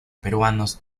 peruanos